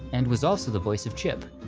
and was also the voice of chip.